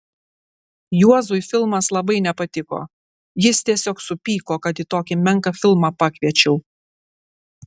juozui filmas labai nepatiko jis tiesiog supyko kad į tokį menką filmą pakviečiau